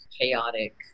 chaotic